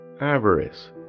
avarice